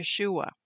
Yeshua